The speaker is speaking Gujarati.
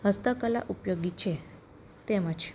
હસ્તકલા ઉપયોગી છે તેમજ